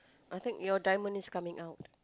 I think your diamond is coming out